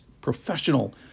professional